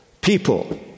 people